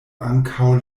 ankaŭ